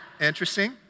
Interesting